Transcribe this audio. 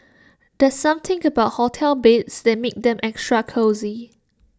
there's something about hotel beds that makes them extra cosy